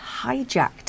hijacked